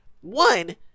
one